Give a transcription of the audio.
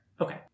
Okay